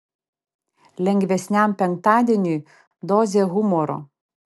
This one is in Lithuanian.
lengvesniam penktadieniui dozė humoro